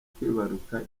kwibaruka